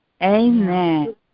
Amen